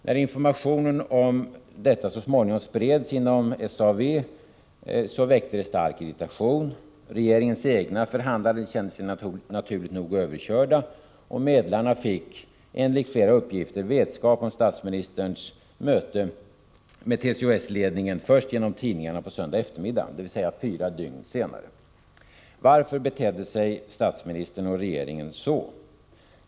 När informationen om detta så småningom spreds inom SAV, väckte det stark irritation. Regeringens egna förhandlare kände sig naturligt nog överkörda. Och medlarna fick enligt flera uppgifter vetskap om statsministerns möte med TCO-S-ledningen först genom tidningarna på söndag eftermiddag, dvs. fyra dygn senare. Varför betedde sig statsministern och regeringen så?